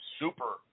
super